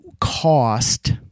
cost